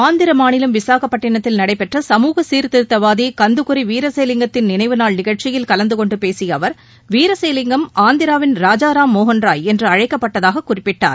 ஆந்திர மாநிலம் விசாகப்பட்டினத்தில் நடைபெற்ற கமூக சீர்திருத்தவாதி கந்துகுரி வீரேகலிங்கத்தின் நினைவுநாள் நிகழ்ச்சியில் கலந்து கொண்டு பேசிய அவர் வீரேசலிங்கம் ஆந்திராவின் ராஜாராம் மோகன்ராய் என்று அழைக்கப்பட்டதாக குறிப்பிட்டார்